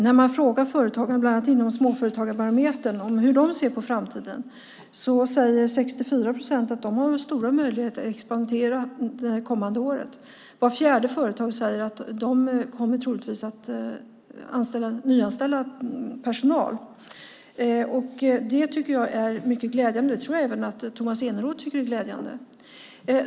När man frågar företagen, bland annat genom Småföretagarbarometern, hur de ser på framtiden säger 64 procent att de har stora möjligheter att expandera under det kommande året. Vart fjärde företag säger att de troligtvis kommer att nyanställa personal. Det tycker jag är mycket glädjande, och jag tror att även Tomas Eneroth tycker att det är glädjande.